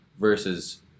versus